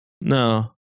No